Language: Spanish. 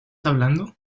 hablando